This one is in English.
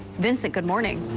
vincent, good morning.